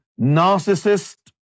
narcissist